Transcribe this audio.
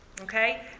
Okay